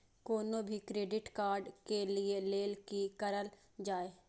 कोनो भी credit card लिए के लेल की करल जाय?